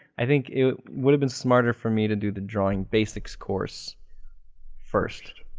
i think it would have been smarter for me to do the drawing basics course first.